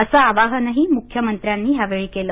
असं आवाहनही मुख्यमंत्र्यांनी यावेळी केलं